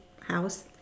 house